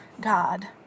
God